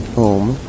home